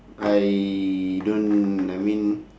I don't I mean